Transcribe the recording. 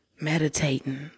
meditating